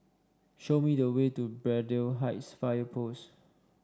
show me the way to Braddell Heights Fire Post